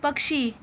पक्षी